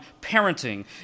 parenting